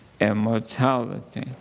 immortality